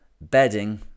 bedding